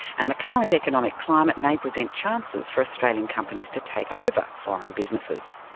and the current economic climate may present chances for australian companies to take over foreign businesses,